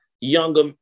younger